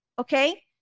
Okay